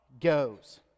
goes